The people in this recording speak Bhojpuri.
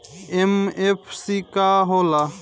एम.एफ.सी का होला?